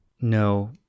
No